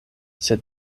sed